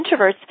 Introverts